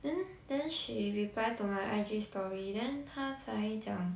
then then she replied to my I_G story then 他才讲